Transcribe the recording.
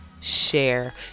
share